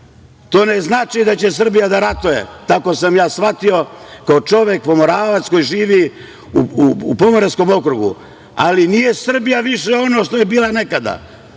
ne znači da će Srbija da ratuje. Tako sam ja shvatio, kao čovek Pomoravac koji živi u Pomoravskom okrugu. Nije Srbija više ono što je bila nekada.